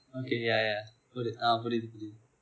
eh ya ya ya ஆமா புரியிது புரியிது:aamaa puriyithu puriyithu